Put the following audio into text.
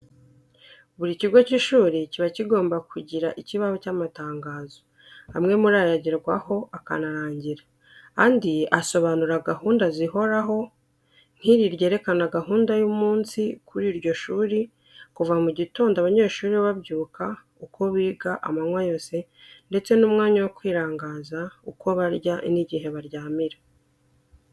Buri kigo cy'ishuri kiba kigomba kugira ikibaho cy'amatangazo, amwe muri yo agerwaho akanarangira, andi asobanura gahunda zihoraho, nk'iri ryerekana gahunda y'umunsi kuri iryo shuri kuva mu gitondo abanyeshuri babyuka, uko biga amanywa yose, ndetse n'umwanya wo kwirangaza, uko barya n'igihe baryamira.